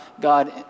God